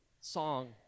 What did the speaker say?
song